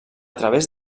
través